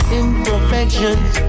imperfections